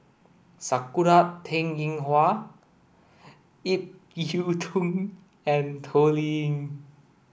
Sakura Teng Ying Hua Ip Yiu Tung and Toh Liying